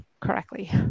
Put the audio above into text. correctly